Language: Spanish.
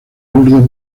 lourdes